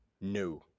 No